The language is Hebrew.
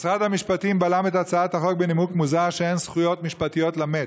משרד המשפטים בלם את הצעת החוק בנימוק מוזר שאין זכויות משפטיות למת.